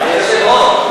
היושב-ראש,